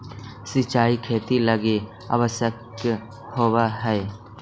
सिंचाई खेती लगी आवश्यक होवऽ हइ